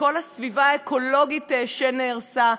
וכל הסביבה האקולוגית שנהרסה,